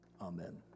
Amen